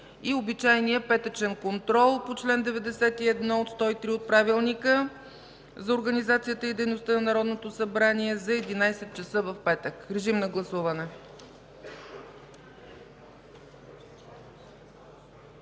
Обичайният петъчен контрол по чл. 91-103 от Правилника за организацията и дейността на Народното събрание е за 11,00 ч. в петък. Режим на гласуване.